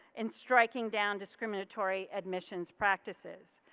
and striking down discriminatory admissions practices.